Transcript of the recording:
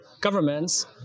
governments